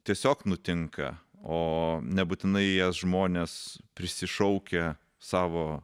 tiesiog nutinka o nebūtinai jas žmones prisišaukia savo